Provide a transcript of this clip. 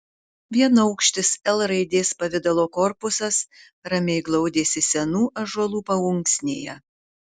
vienaukštis l raidės pavidalo korpusas ramiai glaudėsi senų ąžuolų paunksnėje